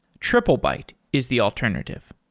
triplebyte is the alternative.